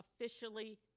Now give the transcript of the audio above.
officially